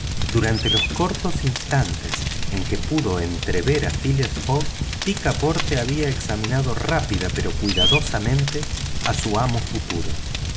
durante los cortos instantes en que pudo entrever a phileas fogg picaporte había examinado rápida pero cuidadosamente a su amo futuro